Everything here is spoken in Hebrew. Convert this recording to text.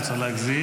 לא צריך להגזים.